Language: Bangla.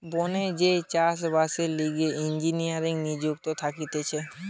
বনে যেই চাষ বাসের লিগে ইঞ্জিনীররা নিযুক্ত থাকতিছে